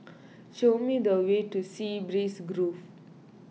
show me the way to Sea Breeze Grove